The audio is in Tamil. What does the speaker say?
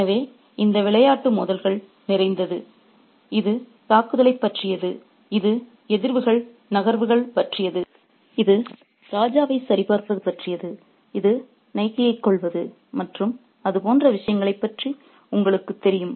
எனவே இந்த விளையாட்டு மோதல்கள் நிறைந்தது இது தாக்குதலைப் பற்றியது இது எதிர் நகர்வுகள் பற்றியது இது ராஜாவைச் சரிபார்ப்பது பற்றியது இது நைட்டியைக் கொல்வது மற்றும் அது போன்ற விஷயங்களைப் பற்றி உங்களுக்குத் தெரியும்